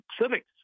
civics